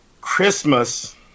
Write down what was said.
Christmas